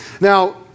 Now